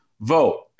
vote